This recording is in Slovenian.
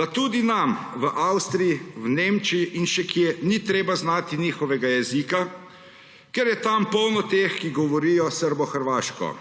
da tudi nam v Avstriji, v Nemčiji in še kje ni treba znati njihovega jezika, ker je tam polno teh, ki govorijo srbohrvaško!